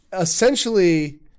essentially